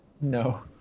No